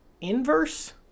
inverse